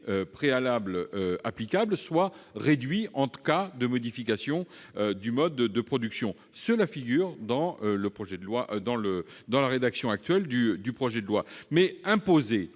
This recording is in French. préalable applicable soient réduits en cas de modification du mode de production. Cela figure dans le projet de loi. Mais imposer